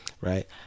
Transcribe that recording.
right